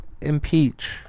impeach